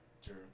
Sure